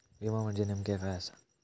विमा म्हणजे नेमक्या काय आसा?